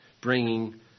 bringing